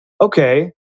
okay